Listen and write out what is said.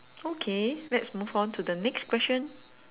okay let's move on to the next question